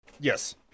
Yes